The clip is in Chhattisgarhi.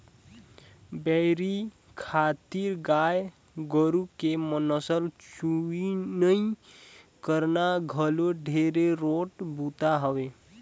डेयरी खातिर गाय गोरु के नसल चुनई करना घलो ढेरे रोंट बूता हवे